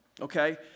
okay